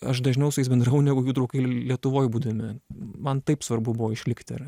aš dažniau su jais bendravau negu jų draugai lietuvoj būdami man taip svarbu buvo išlikti ir